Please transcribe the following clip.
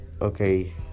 Okay